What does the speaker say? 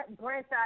branch